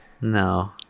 No